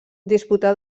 disputà